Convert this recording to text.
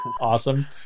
Awesome